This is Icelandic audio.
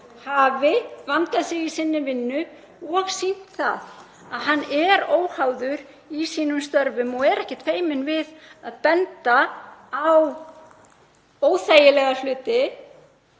hafi vandað sig í sinni vinnu og sýnt það að hann er óháður í sínum störfum og er ekkert feiminn við að benda á óþægilega hluti,